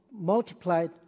multiplied